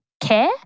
care